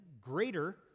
greater